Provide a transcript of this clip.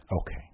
Okay